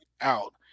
out